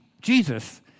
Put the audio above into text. Jesus